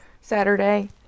Saturday